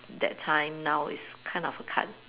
that time now it's kind of a 砍